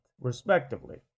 respectively